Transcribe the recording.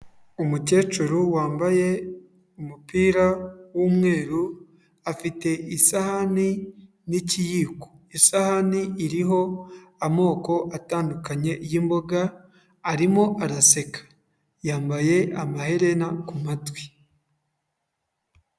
Umukecuru wambaye umupira w'umweru afite isahani n'ikiyiko, isahani iriho amoko atandukanye y'imboga, arimo araseka, yambaye amaherena ku matwi.